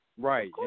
Right